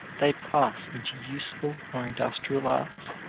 they pass into useful or industrial arts.